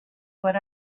what